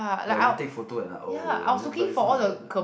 like you take photo and like oh then but is not that nice